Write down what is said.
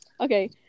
Okay